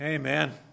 amen